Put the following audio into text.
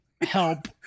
help